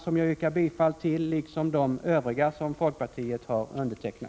Jag yrkar bifall till denna liksom till de övriga reservationer som folkpartiet står bakom.